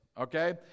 okay